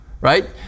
Right